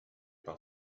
par